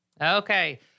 Okay